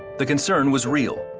the concern was real,